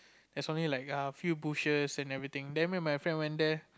there's only like a few bushes and everything then when me and my friend went there